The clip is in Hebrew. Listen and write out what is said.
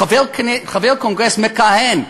חבר קונגרס מכהן,